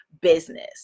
business